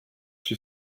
she